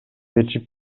ичип